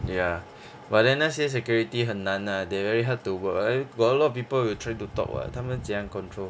ya but then 那些 security 很难 ah they very hard to work eh got a lot of people will try to talk [what] 他们怎样 control